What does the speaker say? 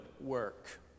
work